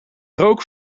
rook